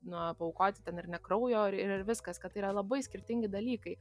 na paaukoti ten ar ne kraujo ir ir viskas kad tai yra labai skirtingi dalykai